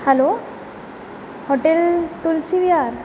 hello hotel Tulsi Vihar